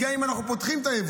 גם אם אנחנו פותחים את היבוא,